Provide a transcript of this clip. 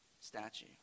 statue